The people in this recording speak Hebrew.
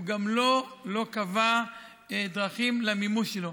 הוא גם לא קבע דרכים למימוש שלו.